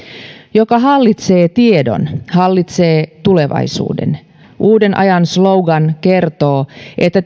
joka hallitsee tiedon hallitsee tulevaisuuden uuden ajan slogan kertoo että